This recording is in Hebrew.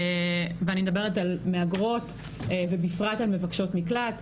ואני מדברת על מהגרות ובפרט על מבקשות מקלט.